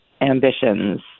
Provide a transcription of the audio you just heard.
ambitions